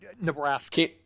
Nebraska